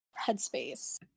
headspace